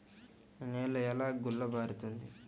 నేల ఎలా గుల్లబారుతుంది?